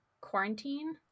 quarantine